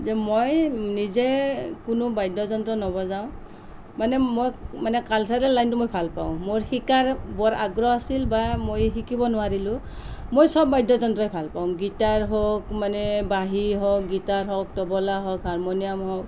মই নিজে কোনো বাদ্যযন্ত্ৰ নবজাওঁ মানে মই মানে কালচাৰেলি লাইনটো মই ভাল পাওঁ মোৰ শিকাৰ বৰ আগ্ৰহ আছিল বা মই শিকিব নোৱাৰিলোঁ মই সব বাদ্যযন্ত্ৰই ভাল পাওঁ গীটাৰ হওক মানে বাহী হওক গীটাৰ হওক তবলা হওক হাৰমণিয়াম হওঁক